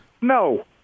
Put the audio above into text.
No